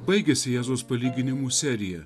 baigėsi jėzaus palyginimų serija